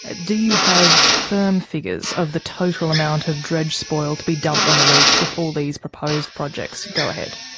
ah do you have firm figures of the total amount of dredge spoil to be dumped on the reef if all these proposed projects go ahead?